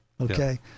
okay